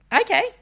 okay